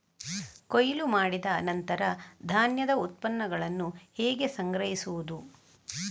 ಕೊಯ್ಲು ಮಾಡಿದ ನಂತರ ಧಾನ್ಯದ ಉತ್ಪನ್ನಗಳನ್ನು ಹೇಗೆ ಸಂಗ್ರಹಿಸುವುದು?